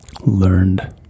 learned